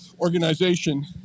organization